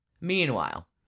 Meanwhile